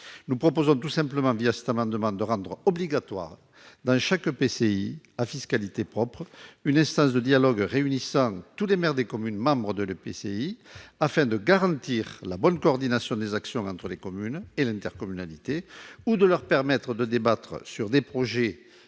Nous proposons tout simplement de rendre obligatoire la création, dans chaque EPCI à fiscalité propre, d'une instance de dialogue réunissant tous les maires des communes membres, afin de garantir la bonne coordination des actions entre les communes et l'intercommunalité et de leur permettre de débattre de projets